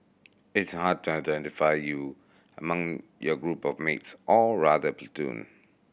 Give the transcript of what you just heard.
it's hard to identify you among your group of mates or rather